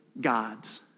gods